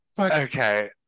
okay